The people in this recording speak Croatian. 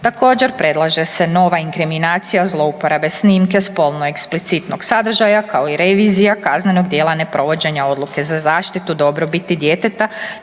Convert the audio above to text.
Također, predlaže se nova inkriminacija zlouporabe snimke spolno eksplicitnog sadržaja, kao i revizija kaznenog djela neprovođenja odluke za zaštitu dobrobiti djeteta